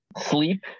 sleep